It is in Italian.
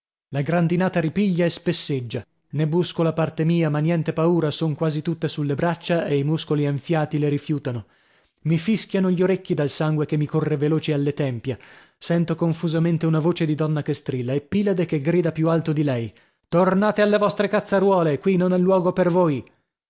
la grandinata ripiglia e spesseggia ne busco la parte mia ma niente paura son quasi tutte sulle braccia e i muscoli enfiati le rifiutano mi fischiano gli orecchi dal sangue che mi corre veloce alle tempia sento confusamente una voce di donna che strilla e pilade che grida più alto di lei tornate alle vostre cazzaruole qui non è luogo per voi